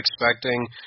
expecting